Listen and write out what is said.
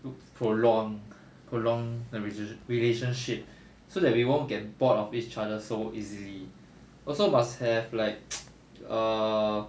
would prolong prolong the relation~ relationship so that we won't get bored of each other so easily also must have like err